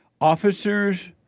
officers